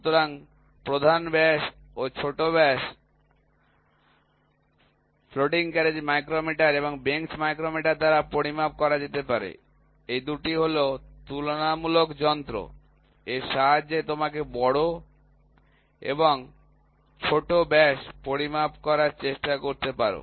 সুতরাং প্রধান ব্যাস ও ছোট ব্যাস ফ্লোটিং ক্যারেজ মাইক্রোমিটার এবং বেঞ্চ মাইক্রোমিটার দ্বারা পরিমাপ করা যেতে পারে এই ২টি হলো তুলনামূলক যন্ত্র এর সাহায্যে তোমরা বড় এবং ছোট ব্যাস পরিমাপ করার চেষ্টা করতে পার